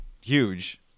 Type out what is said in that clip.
huge